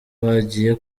bagiye